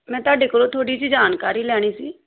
ਮੈਂ ਤੁਹਾਡੇ ਕੋਲੋਂ ਥੋੜ੍ਹੀ ਜਿਹੀ ਜਾਣਕਾਰੀ ਲੈਣੀ ਸੀ